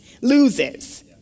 loses